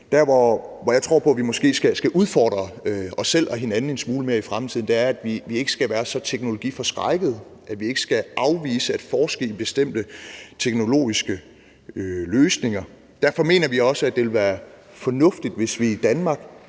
Dér, hvor jeg tror på, at vi måske skal udfordre os selv og hinanden en smule mere i fremtiden, er, at vi ikke skal være så teknologiforskrækkede, at vi ikke skal afvise at forske i bestemte teknologiske løsninger. Derfor mener vi også, at det vil være fornuftigt, hvis vi i Danmark